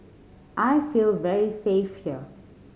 I feel very safe here